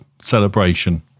celebration